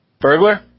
Burglar